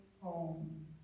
home